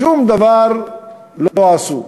שום דבר הם לא עשו.